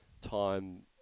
time